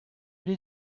did